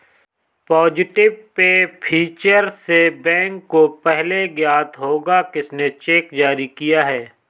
positive pay feature से bank को पहले ज्ञात होगा किसने चेक जारी किया है